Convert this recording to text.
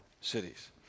cities